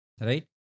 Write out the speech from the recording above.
right